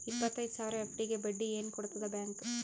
ಇಪ್ಪತ್ತೈದು ಸಾವಿರ ಎಫ್.ಡಿ ಗೆ ಬಡ್ಡಿ ಏನ ಕೊಡತದ ಬ್ಯಾಂಕ್?